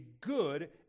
good